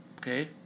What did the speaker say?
okay